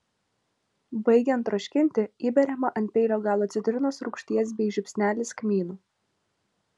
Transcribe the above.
baigiant troškinti įberiama ant peilio galo citrinos rūgšties bei žiupsnelis kmynų